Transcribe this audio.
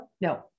No